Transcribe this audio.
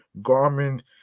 Garmin